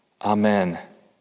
amen